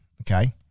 okay